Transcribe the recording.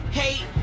hate